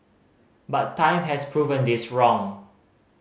but time has proven this wrong